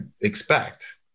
expect